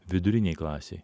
vidurinei klasei